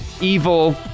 evil